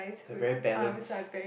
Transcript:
the very balance